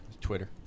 Twitter